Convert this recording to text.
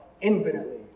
infinitely